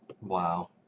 Wow